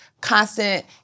constant